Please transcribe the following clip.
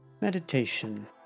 Meditation